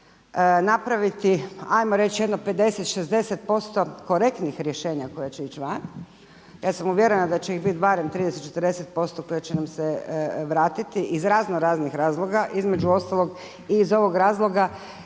i moći napraviti, ajmo reći, jedno 50, 60 posto korektnih rješenja koja će ići van. Ja sam uvjerena da će ih biti barem 30, 40 posto koja će nam se vratiti iz raznoraznih razloga. Između ostalog, i iz ovog razloga